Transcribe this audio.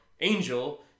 Angel